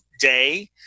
day